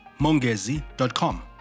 mongezi.com